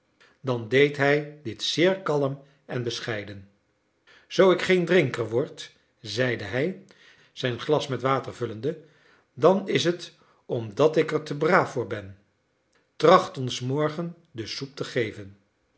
dan deed hij dit zeer kalm en bescheiden zoo ik geen drinker word zeide hij zijn glas met water vullende dan is het omdat ik er te braaf voor ben tracht ons morgen dus soep te geven